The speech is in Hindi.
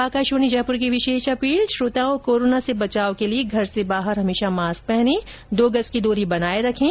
और अब आकाशवाणी जयपुर की विशेष अपील श्रोताओं कोरोना से बचाव के लिए घर से बाहर हमेशा मास्क पहनें और दो गज की दूरी बनाए रखें